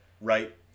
Right